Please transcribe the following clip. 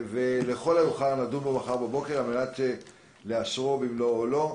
ולכל המאוחר נדון בו מחר בבוקר על מנת להחליט אם לאשרו במלואו או לא.